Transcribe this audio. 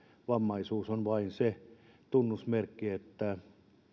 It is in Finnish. vammaisuus on vain se tunnusmerkki että